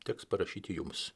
teks parašyti jums